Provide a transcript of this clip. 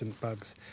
bugs